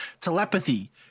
Telepathy